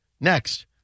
Next